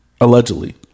Allegedly